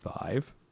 Five